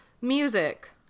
music